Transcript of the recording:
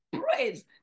praise